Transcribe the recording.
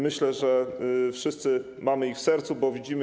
Myślę, że wszyscy mamy ich w sercu, bo widzimy.